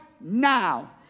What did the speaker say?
now